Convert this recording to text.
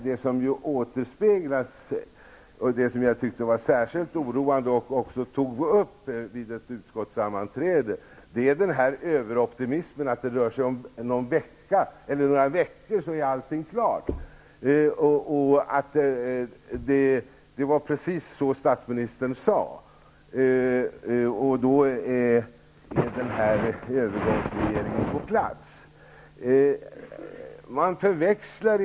Det som återspeglas som jag tycker är särskilt oroande -- jag tog också upp detta vid ett utskottsammanträde -- är överoptimismen att det rör sig om ett par veckor och sedan är allting klart. Det var precis så statsministern sade. Man förväntar sig att övergångsregeringen skall vara på plats mycket snabbt.